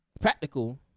practical